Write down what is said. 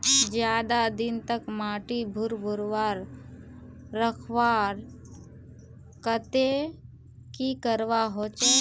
ज्यादा दिन तक माटी भुर्भुरा रखवार केते की करवा होचए?